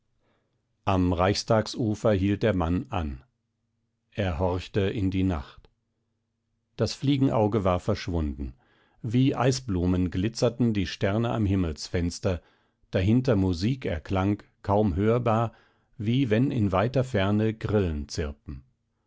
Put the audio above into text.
am reichstagsufer hielt der mann an er horchte in die nacht das fliegenauge war verschwunden wie eisblumen glitzerten die sterne am himmelsfenster dahinter musik erklang kaum hörbar wie wenn in weiter ferne grillen zirpen